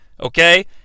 Okay